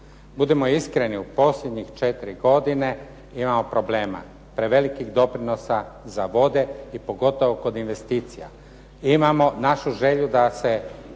Budimo iskreni, u posljednjih 4 godine imamo problema, prevelikih doprinosa za vode i pogotovo kod investicija. Imamo našu želju da se